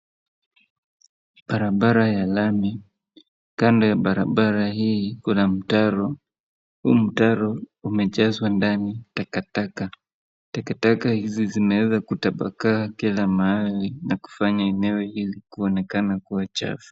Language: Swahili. Barabara ya lami, kando ya barabara hii kuna mtaro. Huu mtaro umejazwa ndani takataka. Takataka hizi zinaeza kutapakaa kila mahali na kufanya eneo hili kuonekana kuwa chafu.